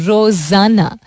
Rosanna